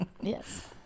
Yes